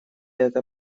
эта